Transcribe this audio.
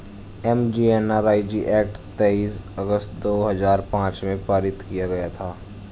MGNREG act तेईस अगस्त दो हजार पांच में पारित किया गया था